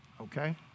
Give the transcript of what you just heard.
Okay